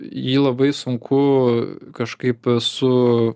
jį labai sunku kažkaip su